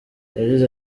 yagize